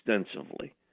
extensively